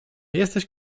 jesteś